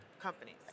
companies